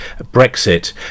Brexit